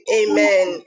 amen